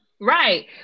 right